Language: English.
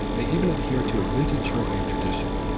they even adhere to a vintage shortwave tradition,